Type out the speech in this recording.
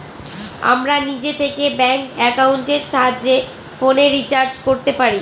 আমরা নিজে থেকে ব্যাঙ্ক একাউন্টের সাহায্যে ফোনের রিচার্জ করতে পারি